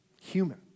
human